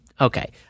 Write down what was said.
Okay